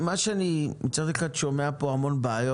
מצד אחד אני שומע פה על המון בעיות.